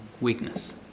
weakness